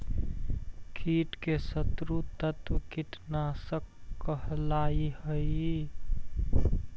कीट के शत्रु तत्व कीटनाशक कहला हई